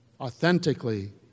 authentically